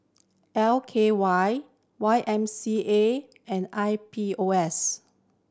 L K Y Y M C A and I P O S